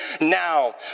now